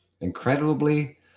Incredibly